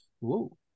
Whoa